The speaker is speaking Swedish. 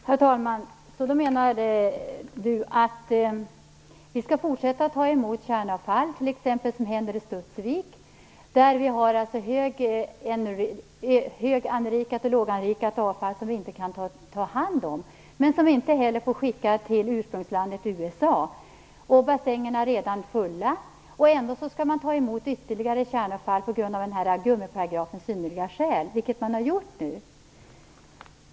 Herr talman! Lars G Linder menar alltså att vi skall fortsätta att ta emot kärnavfall, såsom nu sker t.ex. i Studsvik. Där har vi hög och låganrikat avfall som vi inte kan ta hand om, men som vi inte heller får skicka till ursprungslandet USA. Bassängerna är redan fulla. Ändå skall man ta emot ytterligare kärnavfall till följd av gummiparagrafens "synnerliga skäl", vilket man nu också har gjort.